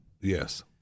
Yes